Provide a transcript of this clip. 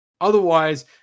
Otherwise